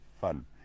fun